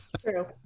True